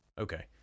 Okay